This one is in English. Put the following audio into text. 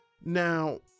Now